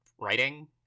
writing